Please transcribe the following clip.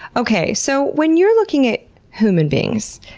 okay. so when you're looking at hooman beings,